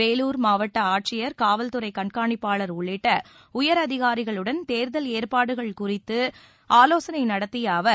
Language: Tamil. வேலுாரில் மாவட்ட ஆட்சியர் காவல்துறை கண்காணிப்பாளர் உள்ளிட்ட உயர் அதிகாரிகளுடன் தேர்தல் ஏற்பாடுகள் குறித்து ஆலோசனை நடத்திய அவர்